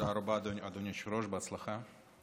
תודה רבה, אדוני היושב-ראש, בהצלחה.